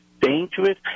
dangerous